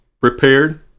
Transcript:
prepared